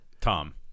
Tom